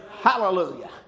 Hallelujah